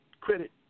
credit